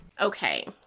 Okay